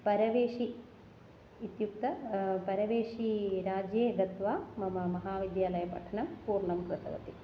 परवेशि इत्युक्त परवेशि राज्ये गत्वा मम महाविद्यालय पठनं पूर्णं कृतवती